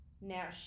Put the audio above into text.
now